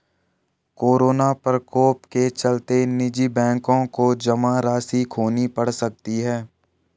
corona प्रकोप के चलते निजी बैंकों को जमा राशि खोनी पढ़ सकती है